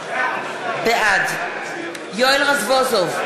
בעד יואל רזבוזוב,